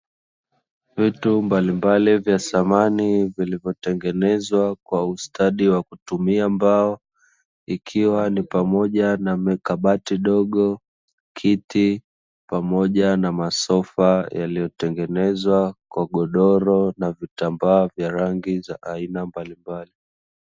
Vitu mbalimbali vya samani vilivyotengenezwa kwa ustadi wa kutumia mbao ikiwa ni pamoja na mikabati dogo kiti pamoja na masofa yaliyotengenezwa kwa godoro na vitambaa vya rangi za aina mbalimbali.